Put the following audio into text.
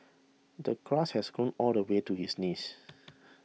the grass has grown all the way to his knees